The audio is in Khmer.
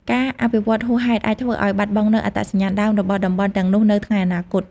ការអភិវឌ្ឍហួសហេតុអាចធ្វើឱ្យបាត់បង់នូវអត្តសញ្ញាណដើមរបស់តំបន់ទាំងនោះនៅថ្ងៃអនាគត។